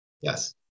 Yes